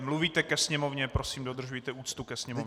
Mluvíte ke Sněmovně, prosím dodržujte úctu ke Sněmovně.